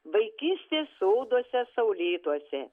vaikystės soduose saulėtuose